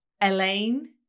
Elaine